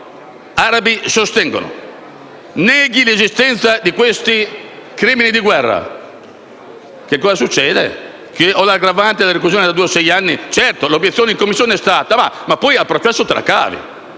ammettiamo che io neghi l'esistenza di questi crimini di guerra; che cosa succede? Che ho l'aggravante punibile con la reclusione da due a sei anni? Certo, l'obiezione in Commissione è stata: ma poi al processo te la cavi.